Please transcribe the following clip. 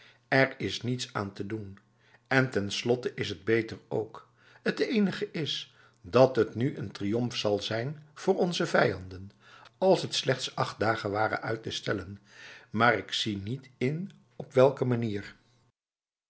er is niets aan te doen en tenslotte is het beter ook het enige is dat het nu een triomf zal zijn voor onze vijanden als het slechts acht dagen ware uit te stellenb maar ik zie niet in op welke manier